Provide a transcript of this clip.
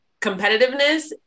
competitiveness